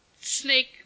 snake